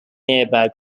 nearby